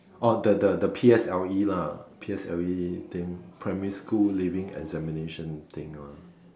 orh the the P_S_L_E lah P_S_L_E thing primary school leaving examination thing lah